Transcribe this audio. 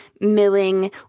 milling